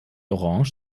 orange